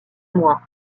moi